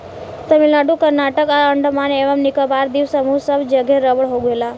तमिलनाडु कर्नाटक आ अंडमान एवं निकोबार द्वीप समूह सब जगे रबड़ उगेला